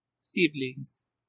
siblings